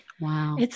Wow